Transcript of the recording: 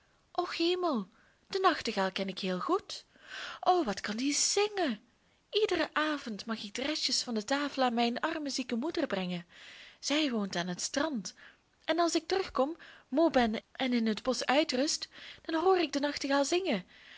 och hemel den nachtegaal ken ik heel goed o wat kan die zingen iederen avond mag ik de restjes van de tafel aan mijn arme zieke moeder brengen zij woont aan het strand en als ik terugkom moe ben en in het bosch uitrust dan hoor ik den nachtegaal zingen